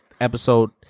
episode